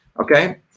Okay